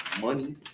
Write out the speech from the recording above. money